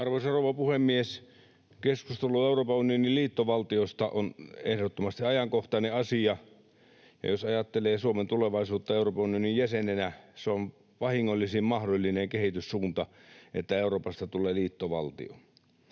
Arvoisa rouva puhemies! Keskustelu Euroopan unionin liittovaltiosta on ehdottomasti ajankohtainen asia, ja jos ajattelee Suomen tulevaisuutta Euroopan unionin jäsenenä, se on vahingollisin mahdollinen kehityssuunta, että Euroopasta tulee liittovaltio.